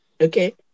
Okay